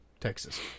Texas